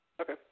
Okay